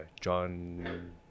John